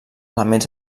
elements